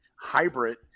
hybrid